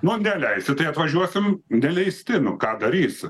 nu neleisi tai atvažiuosim neleisti nu ką darysi